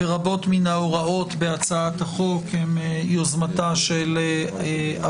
רבות מן ההוראות בהצעת החוק הן יוזמתה של הוועדה.